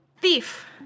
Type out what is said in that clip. Thief